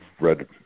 read